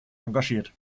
engagiert